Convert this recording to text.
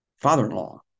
father-in-law